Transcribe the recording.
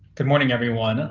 good morning, everyone